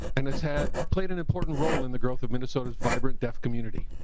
and has had played an important role in the growth of minnesota's vibrant deaf community.